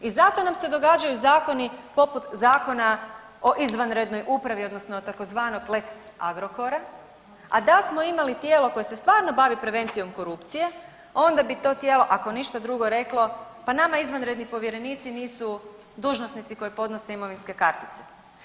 I zato nam se događaju zakoni poput Zakona o izvanrednoj upravi odnosno tzv. lex Agrokora, a da smo imali tijelo koje se stvarno bavi prevencijom korupcije onda bi to tijelo, ako ništa drugo reklo pa nama izvanredni povjerenici nisu dužnosnici koji podnose imovinske kartice.